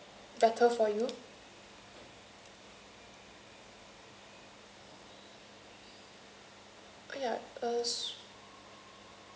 better for you ya uh so